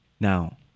Now